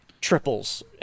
triples